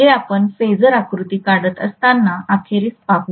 जे आपण फेसर आकृती काढत असताना अखेरीस पाहू